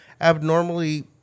abnormally